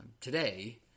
today